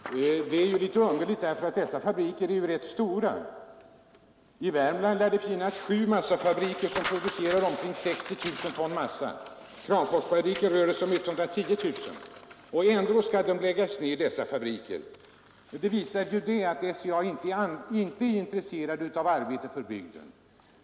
Herr talman! SCA:s handlande kan tyckas underligt, eftersom de fabriker man skall nedlägga är rätt stora. I Värmland lär det finnas sju massafabriker som producerar omkring 60 000 ton massa. För Kramforsfabriken rör det sig om 110 000 ton. Ändå skall dessa fabriker läggas ned. Det visar att SCA inte är intresserat av arbetsmöjligheterna i bygden.